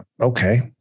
Okay